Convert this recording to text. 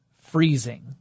freezing